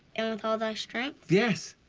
and with all thy strength? yes!